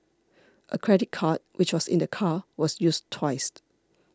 a credit card which was in the car was used twice